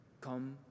Come